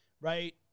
right